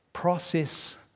process